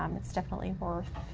um it's definitely worth